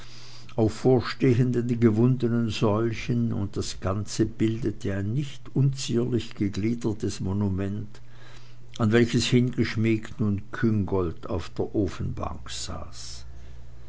auf vorstehenden gewundenen säulchen und das ganze bildete ein nicht unzierlich gegliedertes monument an welches hingeschmiegt nun küngolt auf der ofenbank saß